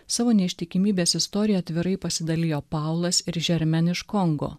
savo neištikimybės istorija atvirai pasidalijo paulas ir žermen iš kongo